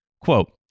quote